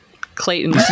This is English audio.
Clayton